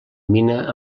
mina